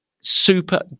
Super